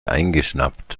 eingeschnappt